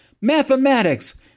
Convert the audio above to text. mathematics